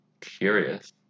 Curious